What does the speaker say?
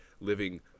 living